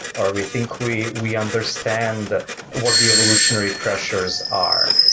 or we think we we understand what the evolutionary pressures are,